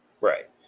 Right